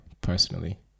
personally